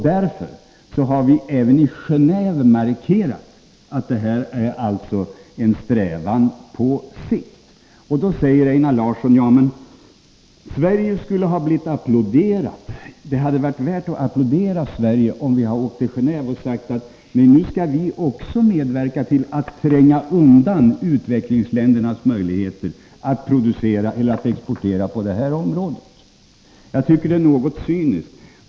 Därför har vi även i Geneve markerat att det är fråga om en strävan på sikt. Einar Larsson säger att det hade varit värt att applådera Sverige om vi hade åkt till Genåéve och sagt: Nu skall också vi medverka till att tränga undan utvecklingsländernas möjligheter att exportera på det här området. Det tycker jag är något cyniskt.